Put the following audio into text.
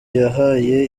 yahaye